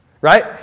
Right